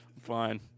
fine